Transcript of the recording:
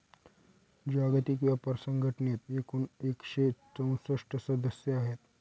जागतिक व्यापार संघटनेत एकूण एकशे चौसष्ट सदस्य आहेत